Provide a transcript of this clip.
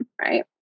right